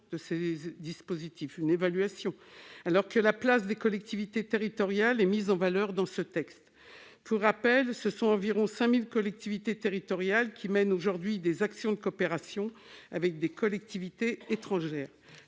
de ces dispositifs, alors que la place des collectivités territoriales est mise en valeur dans ce texte. Pour rappel, ce sont environ 5 000 collectivités territoriales qui mènent aujourd'hui des actions de coopération avec des collectivités étrangères.